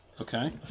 Okay